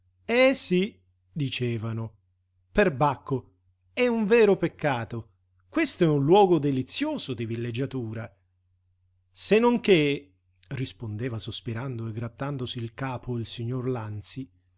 eh sí dicevano perbacco è un vero peccato questo è un luogo delizioso di villeggiatura senonché rispondeva sospirando e grattandosi il capo il signor lanzi